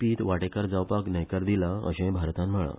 पीत वाटेकार जावपाक न्हयकार दिला अशे भारतान म्हळा